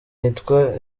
nitwa